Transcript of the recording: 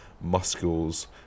Muscles